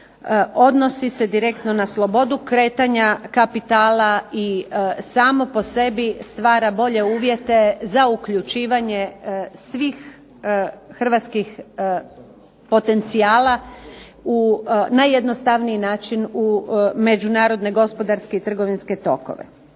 odnosi se direktno na slobodu kretanja kapitala i samo po sebi stvara bolje uvjete za uključivanje svih Hrvatskih potencijala na jednostavniji način u međunarodne gospodarske i trgovinske tokove.